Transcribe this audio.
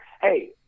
hey